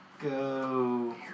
Go